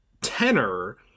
tenor